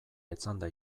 etzanda